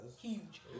Huge